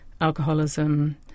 alcoholism